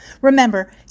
Remember